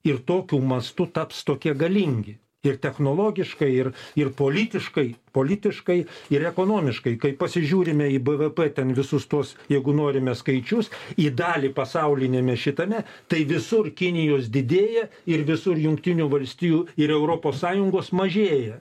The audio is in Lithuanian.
ir tokiu mastu taps tokie galingi ir technologiškai ir ir politiškai politiškai ir ekonomiškai kai pasižiūrime į bvp ten visus tuos jeigu norime skaičius į dalį pasauliniame šitame tai visur kinijos didėja ir visur jungtinių valstijų ir europos sąjungos mažėja